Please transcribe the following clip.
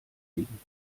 liegen